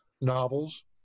novels